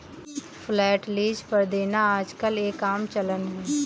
flat lease पर देना आजकल एक आम चलन है